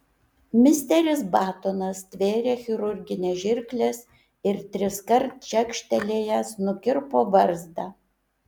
misteris batonas stvėrė chirurgines žirkles ir triskart čekštelėjęs nukirpo barzdą